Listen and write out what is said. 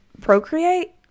Procreate